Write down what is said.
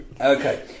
Okay